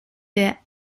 their